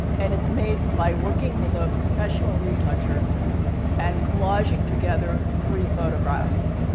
and it's made by working with a professional retoucher and collaging together three photographs.